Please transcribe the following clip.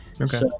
okay